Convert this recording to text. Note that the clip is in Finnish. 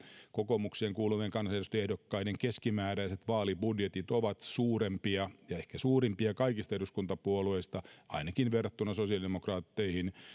kokoomukseen kuuluvien kansanedustajaehdokkaiden keskimääräiset vaalibudjetit ovat suurempia ja ehkä suurimpia kaikista eduskuntapuolueista verrattuna ainakin sosiaalidemokraatteihin